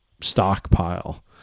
stockpile